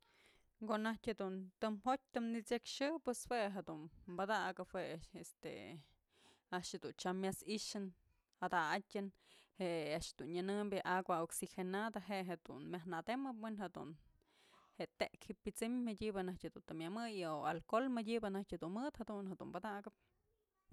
Ko'o najtyë dun tëm jotyë tëm nëchyëxë pues jue jedun padakëp este tyam a'ax jedunmyas i'ixë jada'atyën je'e a'ax dun nyënëmbyë agua oxigenada je'e jedun myaj nademëp we'en jedun je'e tek ji'ip pyat'sëm madyëbë najtyë dun ji'ib të myëmëyë o alcohol mëdyëbë najtyë dun mëdë jadun padakëp.